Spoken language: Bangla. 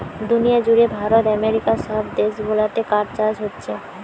দুনিয়া জুড়ে ভারত আমেরিকা সব দেশ গুলাতে কাঠ চাষ হোচ্ছে